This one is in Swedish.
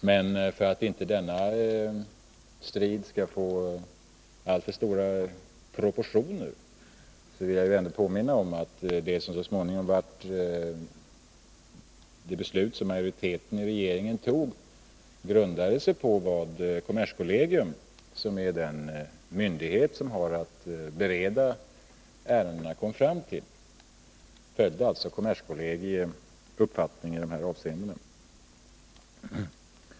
Men för att denna strid inte skall få alltför stora proportioner vill jag påminna om att det som så småningom blev regeringens majoritetsbeslut grundade sig på vad kommerskollegium, som är den myndighet som skall bereda ärendena, kom fram till. Regeringen följde alltså kommerskollegii uppfattning i dessa avseenden.